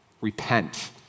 repent